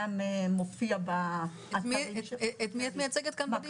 אני יודעת שיש עליכם המון עומס ותאמיני לי בתור מי שייצגה את ההסתדרות